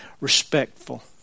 respectful